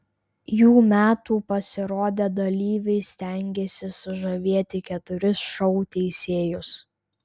jų metų pasirodę dalyviai stengėsi sužavėti keturis šou teisėjus